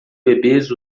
bebês